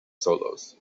solos